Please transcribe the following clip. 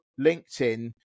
LinkedIn